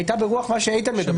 הייתה ברוח מה שאיתן אומר.